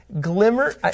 glimmer